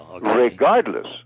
regardless